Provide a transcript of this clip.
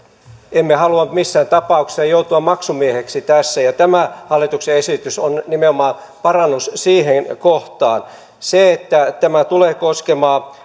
emme halua missään tapauksessa joutua maksumieheksi tässä ja tämä hallituksen esitys on nimenomaan parannus siihen kohtaan se että tämä hallituksen esitys tulee koskemaan